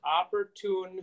opportune